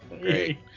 Great